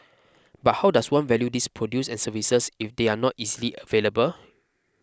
but how does one value these produce and services if they are not easily available